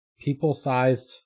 people-sized